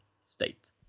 state